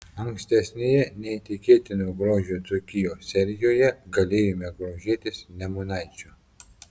ankstesnėje neįtikėtino grožio dzūkijos serijoje galėjome grožėtis nemunaičiu